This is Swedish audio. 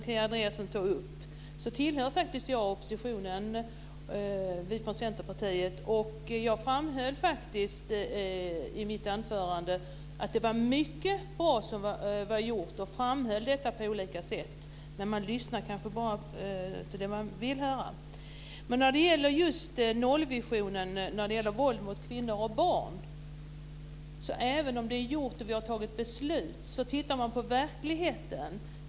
Vi från Centerpartiet tillhör faktiskt oppositionen. Jag framhöll faktiskt i mitt anförande att mycket som var gjort var bra. Jag framhöll detta på olika sätt. Men man lyssnar kanske bara till det man vill höra. Sedan gäller det nollvisionen i fråga om våld mot kvinnor och barn. Även om det är gjort och vi har tagit beslut så kan man se att det brister om man tittar på verkligheten.